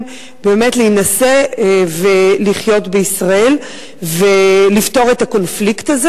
באמת להינשא ולחיות בישראל ולפתור את הקונפליקט הזה?